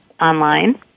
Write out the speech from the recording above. online